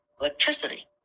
electricity